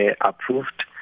approved